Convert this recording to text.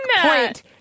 point